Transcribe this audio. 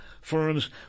firms